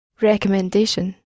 Recommendation